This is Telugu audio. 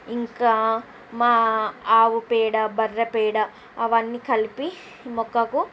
ఇంకా మా ఆవుపేడ బర్రెపేడ అవన్నీ కలిపి మొక్కకు